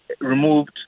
removed